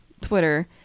twitter